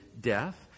death